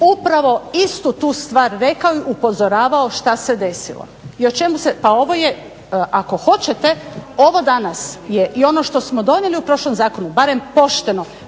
upravo istu tu stvar rekao i upozoravao što se desilo. I o čemu se, pa ovo je ako hoćete ovo danas je i ono što smo donijeli u prošlom zakonu barem pošteno